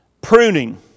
Pruning